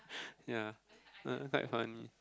yeah that one quite funny